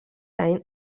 any